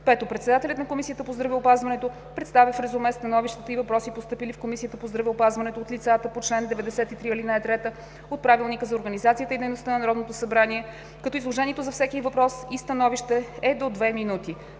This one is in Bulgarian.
5. Председателят на Комисията по здравеопазването представя в резюме становищата и въпросите, постъпили в Комисията по здравеопазването от лицата по чл. 93, ал. 3 от Правилника за организацията и дейността на Народното събрание, като изложението за всеки въпрос и становище е до две минути.